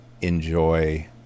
enjoy